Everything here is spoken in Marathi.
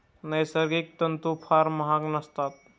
नैसर्गिक तंतू फार महाग नसतात